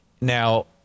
Now